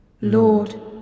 Lord